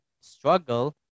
struggle